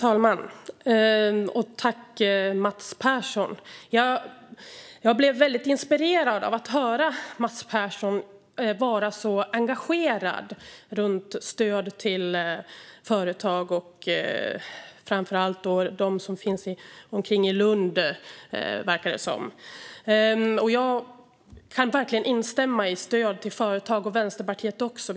Herr talman! Jag blev väldigt inspirerad av att höra Mats Persson vara så engagerad när det gäller stöd till företag, framför allt till dem som finns omkring Lund, verkar det som. Jag och Vänsterpartiet kan verkligen instämma när det gäller stöd till företag.